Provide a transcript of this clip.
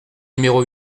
numéro